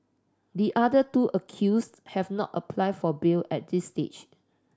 the other two accused have not applied for bail at this stage